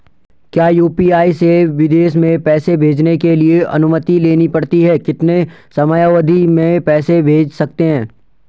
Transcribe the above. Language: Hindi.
क्या यु.पी.आई से विदेश में पैसे भेजने के लिए अनुमति लेनी पड़ती है कितने समयावधि में पैसे भेज सकते हैं?